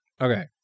Okay